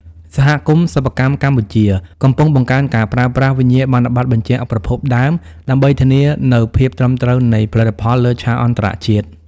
សហគមន៍សិប្បកម្មកម្ពុជាកំពុងបង្កើនការប្រើប្រាស់វិញ្ញាបនបត្របញ្ជាក់ប្រភពដើម ដើម្បីធានានូវភាពត្រឹមត្រូវនៃផលិតផលលើឆាកអន្តរជាតិ។